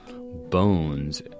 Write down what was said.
bones